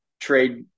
trade